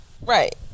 Right